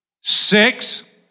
six